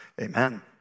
amen